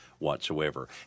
Whatsoever